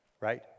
Right